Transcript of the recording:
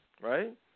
Right